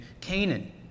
Canaan